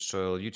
soil